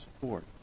support